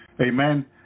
Amen